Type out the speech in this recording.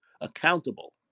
accountable